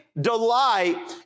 Delight